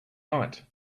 night